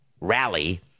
rally